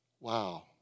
Wow